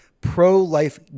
pro-life